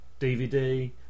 DVD